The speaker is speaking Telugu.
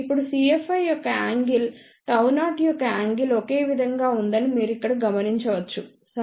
ఇప్పుడు cFi యొక్క యాంగిల్ Γ0 యొక్క యాంగిల్ ఒకేవిధంగా ఉందని మీరు ఇక్కడ గమనించవచ్చు సరే